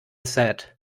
said